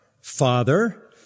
Father